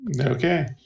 Okay